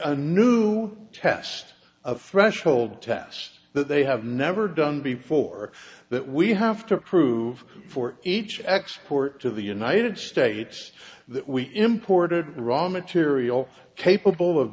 a new test a threshold test that they have never done before that we have to prove for each export to the united states that we imported raw material capable of